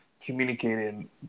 communicating